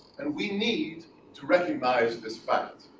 and we need to recognize this fact.